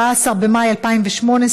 14 במאי 2018,